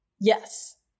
Yes